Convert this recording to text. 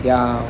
ya